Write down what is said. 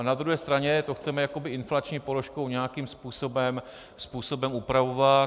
Na druhé straně to chceme jakoby inflační položkou nějakým způsobem upravovat.